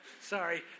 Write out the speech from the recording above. Sorry